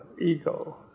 ego